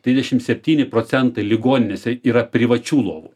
trisdešim septyni procentai ligoninėse yra privačių lovų